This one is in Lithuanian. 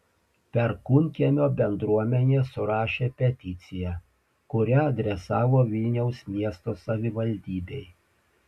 perkūnkiemio bendruomenė surašė peticiją kurią adresavo vilniaus miesto savivaldybei